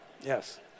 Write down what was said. Yes